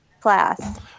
class